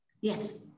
Yes